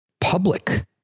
public